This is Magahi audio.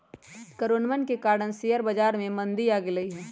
कोरोनवन के कारण शेयर बाजार में मंदी आ गईले है